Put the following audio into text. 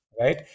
right